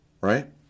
Right